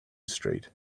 street